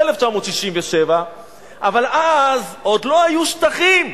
זה אחרי 1967. אבל אז עוד לא היו שטחים,